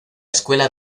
escuela